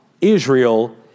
Israel